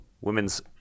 women's